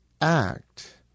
act